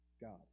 God